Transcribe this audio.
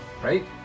Right